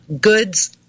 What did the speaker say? goods